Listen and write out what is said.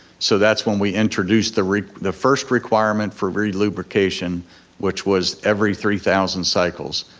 so that's when we introduced the the first requirement for relubrication which was every three thousand cycles.